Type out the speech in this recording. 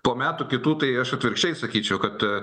po metų kitų tai aš atvirkščiai sakyčiau kad